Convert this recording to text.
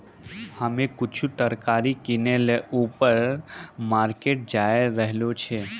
हम्मे कुछु तरकारी किनै ल ऊपर मार्केट जाय रहलो छियै